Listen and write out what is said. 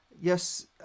Yes